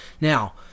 Now